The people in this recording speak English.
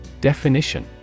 Definition